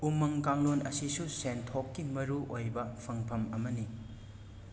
ꯎꯃꯪ ꯀꯥꯡꯂꯣꯟ ꯑꯁꯤꯁꯨ ꯁꯦꯟꯊꯣꯛꯀꯤ ꯃꯔꯨ ꯑꯣꯏꯕ ꯐꯪꯐꯝ ꯑꯃꯅꯤ